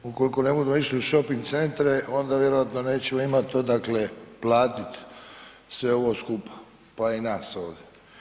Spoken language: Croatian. Ukoliko ne budemo išli u shopping centre, onda vjerojatno nećemo imati odakle platiti sve ovo skupa pa i nas ovdje.